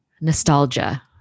nostalgia